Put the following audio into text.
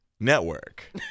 Network